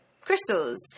crystals